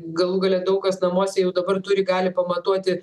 galų gale daug kas namuose jau dabar turi gali pamatuoti